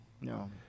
No